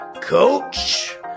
Coach